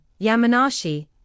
Yamanashi